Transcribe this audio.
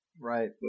Right